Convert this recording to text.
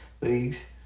leagues